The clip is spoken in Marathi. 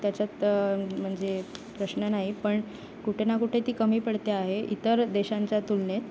त्याच्यात म्हणजे प्रश्न नाही पण कुठे ना कुठे ती कमी पडते आहे इतर देशांच्या तुलनेत